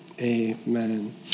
amen